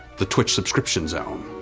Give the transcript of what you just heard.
the twitch subscription zone.